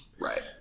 Right